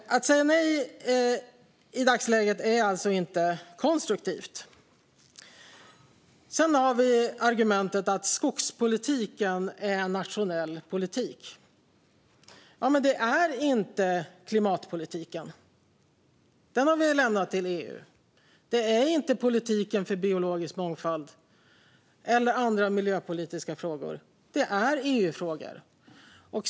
Att säga nej i dagsläget är alltså inte konstruktivt. Sedan har vi argumentet att skogspolitiken är nationell politik. Men det är inte klimatpolitiken, för den har vi lämnat till EU. Det är heller inte politiken för biologisk mångfald eller andra miljöpolitiska frågor. Det är EU-frågor.